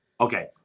Okay